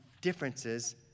differences